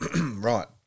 Right